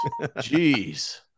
Jeez